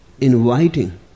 inviting